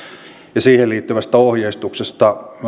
ja siihen liittyvästä ohjeistuksesta